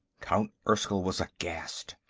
count erskyll was aghast.